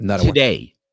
Today